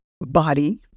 body